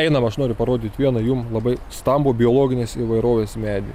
einam aš noriu parodyt vieną jum labai stambų biologinės įvairovės medį